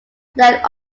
left